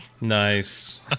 Nice